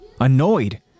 annoyed